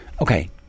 okay